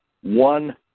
one